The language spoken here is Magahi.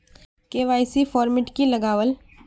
के.वाई.सी फॉर्मेट की लगावल?